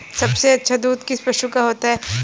सबसे अच्छा दूध किस पशु का होता है?